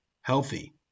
healthy